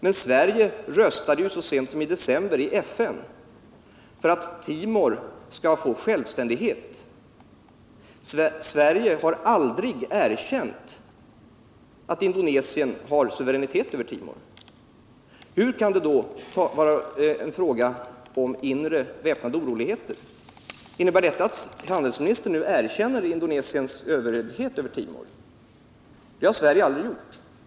Men Sverige röstade ju så sent som i december i FN för att Timor skall få självständighet! Sverige har aldrig erkänt att Indonesien har suveränitet över Timor. Hur kan det då vara fråga om inre väpnade oroligheter? Innebär detta att handelsministern nu erkänner Indonesiens överhöghet över Timor? Det har Sverige aldrig gjort.